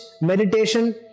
meditation